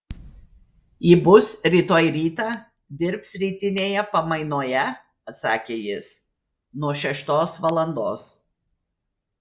ji bus rytoj rytą dirbs rytinėje pamainoje atsakė jis nuo šeštos valandos